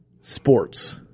Sports